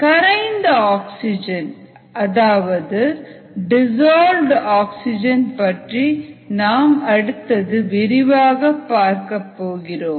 கரைந்த oxygen அல்லது dissolved oxygen பற்றி நாம் அடுத்தது விரிவாகப் பார்க்கப் போகிறோம்